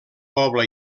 poble